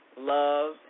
love